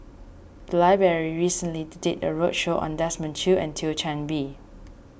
the library recently did a roadshow on Desmond Choo and Thio Chan Bee